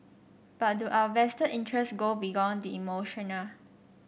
but do our vested interest go beyond the emotional